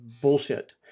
bullshit